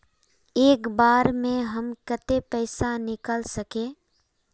एक बार में हम केते पैसा निकल सके?